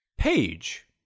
page